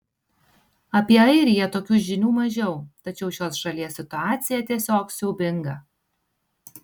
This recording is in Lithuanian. apie airiją tokių žinių mažiau tačiau šios šalies situacija tiesiog siaubinga